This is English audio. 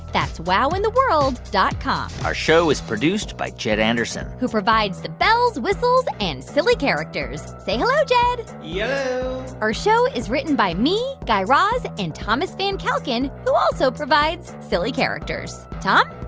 that's wowintheworld dot com our show is produced by jed anderson who provides the bells, whistles and silly characters. say hello jed yello yeah our show is written by me, guy raz and thomas van kalken, who also provides silly characters. tom?